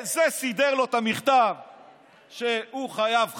זה יסדר לו את המכתב שהוא חייב חשב,